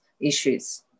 issues